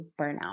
burnout